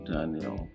Daniel